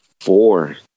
Four